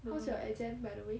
how's your exam by the way